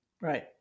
Right